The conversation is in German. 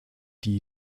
die